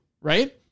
right